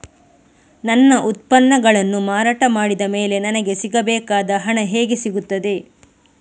ನನ್ನ ಉತ್ಪನ್ನಗಳನ್ನು ಮಾರಾಟ ಮಾಡಿದ ಮೇಲೆ ನನಗೆ ಸಿಗಬೇಕಾದ ಹಣ ಹೇಗೆ ಸಿಗುತ್ತದೆ?